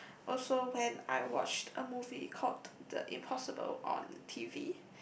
also when I watched a movie called the Impossible on T_V